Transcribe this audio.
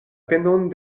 penon